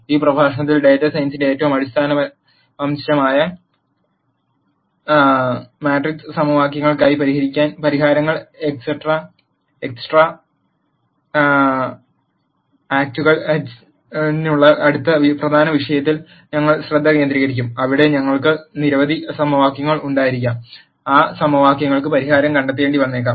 ഈ പ്രഭാഷണത്തിൽ ഡാറ്റാ സയൻസിന്റെ ഏറ്റവും അടിസ്ഥാന വശമായ മാട്രിക്സ് സമവാക്യങ്ങൾക്കായി പരിഹാരങ്ങൾ എക് സ് ട്രാക്റ്റുചെയ്യുന്നതിനുള്ള അടുത്ത പ്രധാന വിഷയത്തിൽ ഞങ്ങൾ ശ്രദ്ധ കേന്ദ്രീകരിക്കും അവിടെ ഞങ്ങൾക്ക് നിരവധി സമവാക്യങ്ങൾ ഉണ്ടായിരിക്കാം ആ സമവാക്യങ്ങൾക്ക് പരിഹാരം കണ്ടെത്തേണ്ടി വന്നേക്കാം